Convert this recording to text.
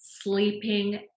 sleeping